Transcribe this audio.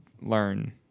learn